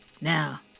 Now